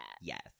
Yes